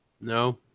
No